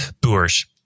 Bourges